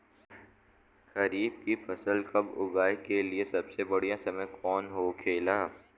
खरीफ की फसल कब उगाई के लिए सबसे बढ़ियां समय कौन हो खेला?